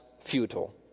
futile